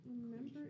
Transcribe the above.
remember